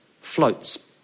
floats